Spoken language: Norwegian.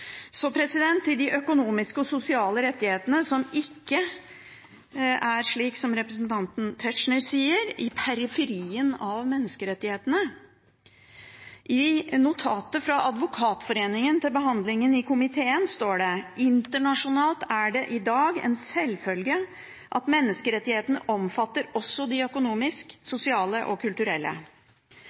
Så til de økonomiske og sosiale rettighetene, som ikke er, slik som representanten Tetzschner sier, i periferien av menneskerettighetene. I notatet fra Advokatforeningen til behandlingen i komiteen står det: «Internasjonalt er det i dag en selvfølge at menneskerettigheter omfatter også de økonomiske, sosiale og kulturelle